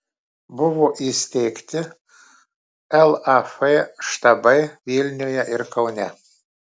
buvo įsteigti laf štabai vilniuje ir kaune